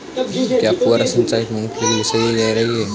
क्या फुहारा सिंचाई मूंगफली के लिए सही रहती है?